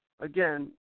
again